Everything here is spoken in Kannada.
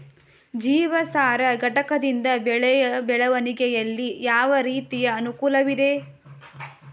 ಜೀವಸಾರ ಘಟಕದಿಂದ ಬೆಳೆಯ ಬೆಳವಣಿಗೆಯಲ್ಲಿ ಯಾವ ರೀತಿಯ ಅನುಕೂಲವಿದೆ?